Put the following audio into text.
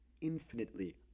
infinitely